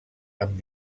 amb